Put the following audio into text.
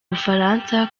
bufaransa